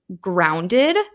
grounded